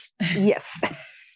yes